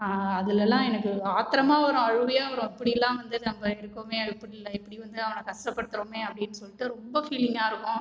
அதுலலா எனக்கு ஆத்துறமாக வரும் அழுவையாக வரும் இப்படிலாம் வந்து நம்ப இருக்கோமே இப்படி இப்படி வந்து அவனை கஷ்டப்படுத்துகிறோமே அப்படினு சொல்லிட்டு ரொம்ப ஃபீலிங்காயிருக்கும்